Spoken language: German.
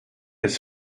des